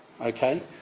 Okay